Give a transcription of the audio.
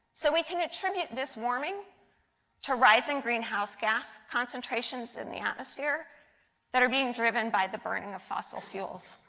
so we can attribute this warning to rising greenhouse gas concentrations in the atmosphere that are being driven by the burning of fossil fuels.